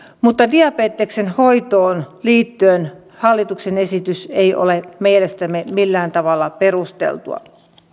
mutta diabeteksen hoitoon liittyen hallituksen esitys ei ole meidän mielestämme millään tavalla perusteltua